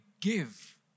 give